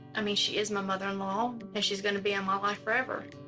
i mean she is my mother-in-law, and she's gonna be in my life forever.